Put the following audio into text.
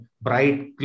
bright